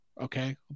okay